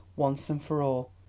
once and for all,